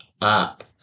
up